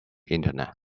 internet